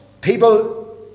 people